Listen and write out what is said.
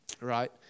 right